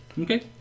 Okay